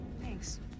Thanks